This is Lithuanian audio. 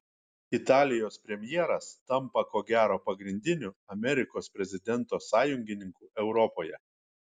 italijos premjeras tampa ko gero pagrindiniu amerikos prezidento sąjungininku europoje